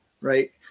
right